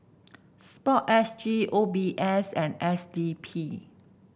sport S G O B S and S D P